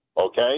Okay